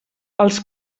els